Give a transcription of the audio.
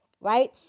right